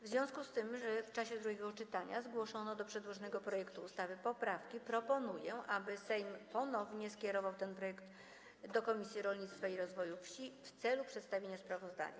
W związku z tym, że w czasie drugiego czytania zgłoszono do przedłożonego projektu ustawy poprawki, proponuję, aby Sejm ponownie skierował ten projekt do Komisji Rolnictwa i Rozwoju Wsi w celu przedstawienia sprawozdania.